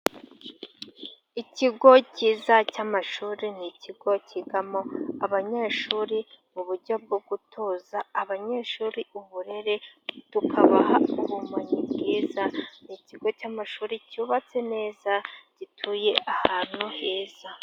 Ikigo cyiza cy'amashuri ni ikigo kigamo abanyeshuri m'uburyo bwo gutoza abanyeshuri uburere tukabaha ubumenyi bwiza n'ikigo cy'amashuri cyubatse neza gituye ahantu heza.